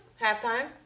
halftime